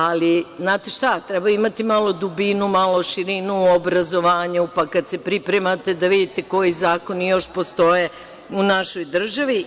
Ali, znate šta, treba imati malo dubinu, malo širinu, obrazovanje, pa kad se pripremate da vidite koji zakoni još postoje u našoj državi.